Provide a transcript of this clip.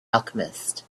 alchemist